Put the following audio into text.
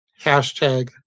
Hashtag